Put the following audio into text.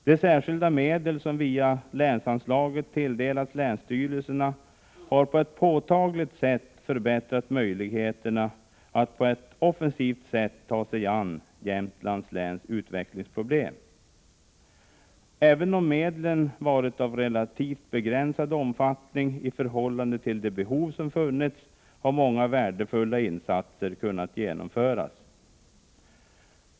De särskilda medel som via länsanslaget tilldelats länsstyrelserna har påtagligt förbättrat möjligheterna att på ett offensivt sätt ta sig an Jämtlands läns utvecklingsproblem. Även om medlen varit av relativt begränsad omfattning i förhållande till de behov som funnits, har många värdefulla insatser kunnat genomföras.